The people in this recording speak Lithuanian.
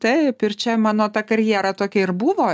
taip ir čia mano ta karjera tokia ir buvo